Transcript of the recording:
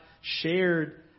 shared